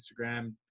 instagram